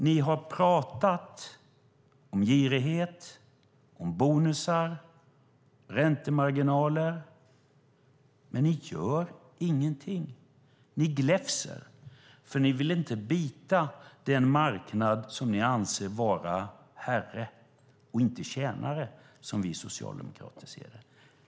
Ni har pratat om girighet, bonusar och räntemarginaler, men ni gör ingenting. Ni gläfser, för ni vill inte bita den marknad som ni anser vara herre och inte tjänare, som vi socialdemokrater ser det.